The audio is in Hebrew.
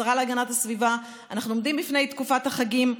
השרה להגנת הסביבה: אנחנו עומדים בפני תקופת החגים.